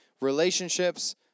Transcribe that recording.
relationships